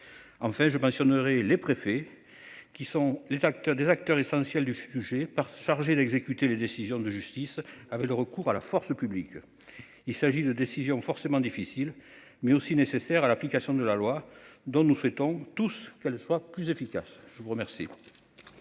Enfin je mentionnerai les préfets qui sont les acteurs, des acteurs essentiels du sujet par chargé d'exécuter les décisions de justice avec le recours à la force publique. Il s'agit de décisions forcément difficile mais aussi nécessaires à l'application de la loi dont nous souhaitons tous qu'elle soit plus efficace. Je vous remercie.